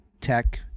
tech